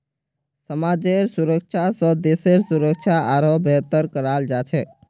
समाजेर सुरक्षा स देशेर सुरक्षा आरोह बेहतर कराल जा छेक